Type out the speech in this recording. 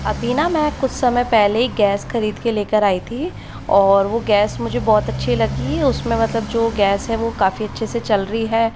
अभी ना मैं कुछ समय पहले ही गैस खरीद के लेकर आई थी और वो गैस मुझे बहुत अच्छी लगी उसमें मतलब जो गैस है वह काफी अच्छे से चल रही है